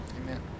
Amen